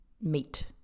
meet